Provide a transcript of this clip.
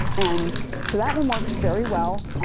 and so that one works very well